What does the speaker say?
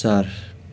चार